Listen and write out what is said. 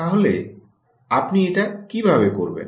তাহলে আপনি এটি কিভাবে করবেন